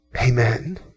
amen